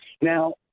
Now